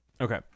Okay